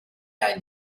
einen